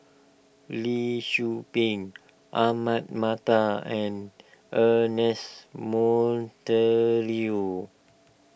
Lee Tzu Pheng Ahmad Mattar and Ernest Monteiro